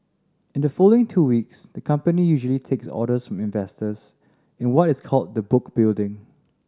in the following two weeks the company usually takes orders from investors in what is called the book building